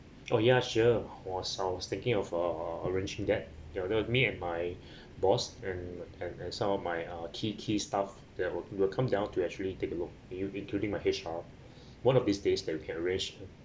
oh ya sure was I was thinking of uh uh arranging that ya there with me and my boss and and and some of my uh key key staff they will we will come down to actually take a look it will including my H_R one of these days that we can arrange